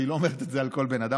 והיא לא אומרת את זה על כל בן אדם.